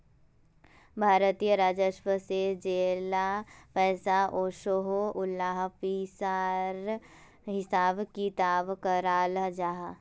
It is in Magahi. भारतीय राजस्व से जेला पैसा ओसोह उला पिसार हिसाब किताब कराल जाहा